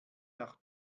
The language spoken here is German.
nach